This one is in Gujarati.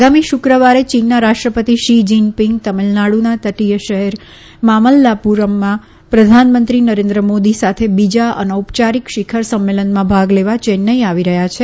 આગામી શુક્રવારે ચીનના રાષ્ટ્રપતિ શી જિનપિંગ તમિલનાડુના તટીય શહેર મામલ્લાપુરમમાં પ્રધાનમંત્રી નરેન્દ્ર મોદી સાથે બીજા અનૌપચારિક શિખર સંમેલનમાં ભાગ લેવા ચેન્નાઈ આવી રહ્યા છે